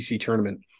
tournament